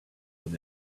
with